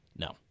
No